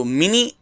mini